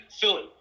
Philly